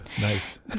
Nice